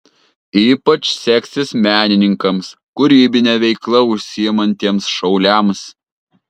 ypač seksis menininkams kūrybine veikla užsiimantiems šauliams